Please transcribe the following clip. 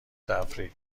تفریح